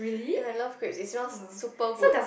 and I love grapes it smells super good